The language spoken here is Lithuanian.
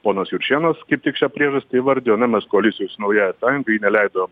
ponas juršėnas kaip tik šią priežastį įvardijo na mat koalicijoje su naująja sąjunga ji neleido